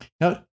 Now